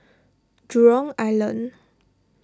Jurong Island